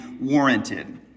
warranted